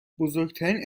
بزرگترین